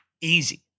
easy